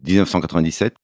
1997